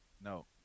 no